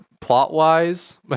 plot-wise